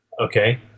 Okay